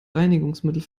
reinigungsmittel